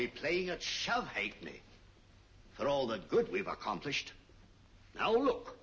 be playing at shall hate me for all the good we've accomplished now look